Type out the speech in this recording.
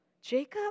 Jacob